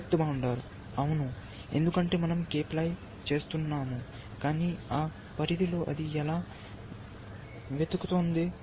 depth bounded అవును ఎందుకంటే మనం k ప్లై చేస్తున్నాము కానీ ఆ పరిధిలో అది ఎలా వెతుకుతోంది